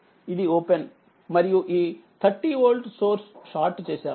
ఇది ఓపెన్ మరియు ఈ 30వోల్ట్సోర్స్ షార్ట్ చేసాము